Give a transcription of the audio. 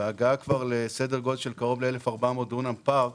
וההגעה כבר לסדר גודל של קרוב ל-1,400 דונם פארק,